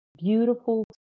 beautiful